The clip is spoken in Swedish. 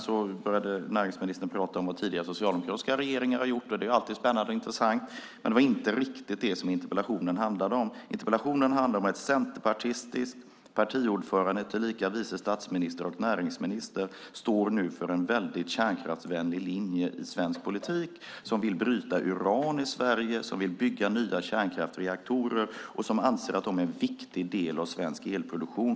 Sedan började näringsministern prata om vad tidigare socialdemokratiska regeringar har gjort, och det är ju alltid spännande och intressant, men det var inte riktigt det som interpellationen handlade om. Interpellationen handlade om att en centerpartistisk partiordförande tillika vice statsminister och näringsminister nu står för en väldigt kärnkraftsvänlig linje i svensk politik. Man vill bryta uran i Sverige och man vill bygga nya kärnkraftsreaktorer och anser att de är en viktig del i svensk elproduktion.